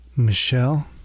michelle